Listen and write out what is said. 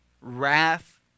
wrath